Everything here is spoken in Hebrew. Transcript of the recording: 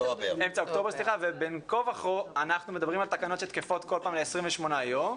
כאשר בין כה וכה אנחנו מדברים על תקנות שתקפות כל פעם ל-28 יום.